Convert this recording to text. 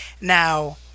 Now